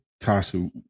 Tasha